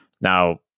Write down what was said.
Now